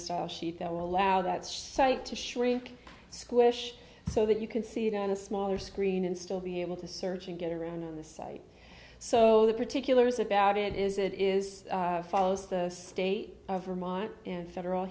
style sheet that will allow that site to shrink squish so that you can see it on a smaller screen and still be able to search and get around on the site so the particulars about it is it is follows the state of vermont and federal